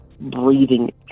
breathing